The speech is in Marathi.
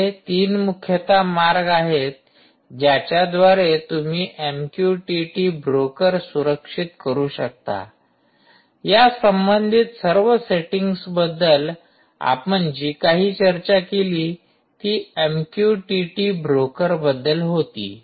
येथे तीन मुख्यतः मार्ग आहेत ज्याच्या द्वारे तुम्ही एमक्यूटीटी ब्रोकर सुरक्षित करू शकता या संबंधित सर्व सेटिंग्सबद्दल आपण जी काही चर्चा केली ती एमक्यूटीटी ब्रोकर बद्दल होती